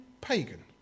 pagan